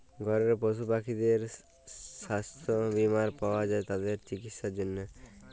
ঘরের পশু পাখিদের ছাস্থ বীমা পাওয়া যায় তাদের চিকিসার জনহে